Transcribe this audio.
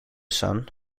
son